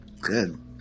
good